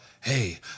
hey